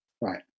Right